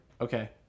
Okay